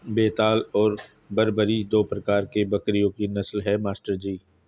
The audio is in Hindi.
बेताल और बरबरी दो प्रकार के बकरियों की नस्ल है मास्टर जी